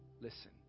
Listen